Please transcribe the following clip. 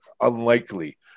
unlikely